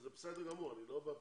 וזה בסדר גמור, אני לא בא בטענות.